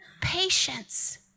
patience